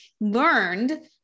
learned